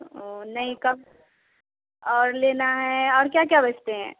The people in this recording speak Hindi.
और नहीं कम और लेना है और क्या क्या बेचते हैं